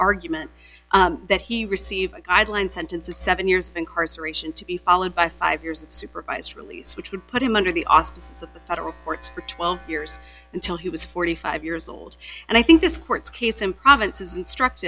argument that he received a guideline sentence of seven years incarceration to be followed by five years of supervised release which would put him under the auspices of the federal courts for twelve years until he was forty five years old and i think this court's case in province is instruct